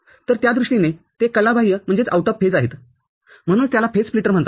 तर त्या दृष्टीने ते कलाबाह्यआहेत म्हणूनच त्याला फेज स्प्लिटर म्हणतात